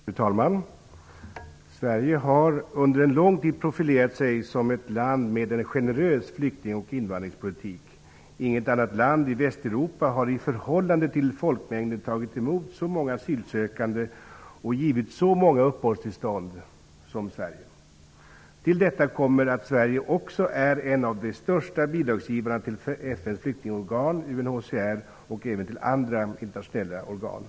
Fru talman! Sverige har under en lång tid profilerat sig som ett land med en generös flykting och invandringspolitik. Inget annat land i Västeuropa har i förhållande till folkmängden tagit emot så många asylsökande och givit så många uppehållstillstånd som Sverige. Till detta kommer att Sverige är en av de största bidragsgivarna till FN:s flyktingorgan, UNHCR, och även till andra internationella organ.